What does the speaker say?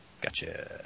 Gotcha